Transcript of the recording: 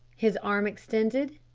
his arm extended,